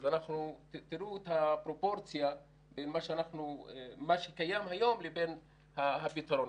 אז תראו את הפרופורציה בין מה שקיים היום לבין הפתרון.